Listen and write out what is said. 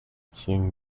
seeing